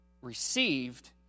received